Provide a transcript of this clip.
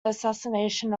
assassination